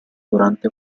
durante